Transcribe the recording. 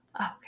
Okay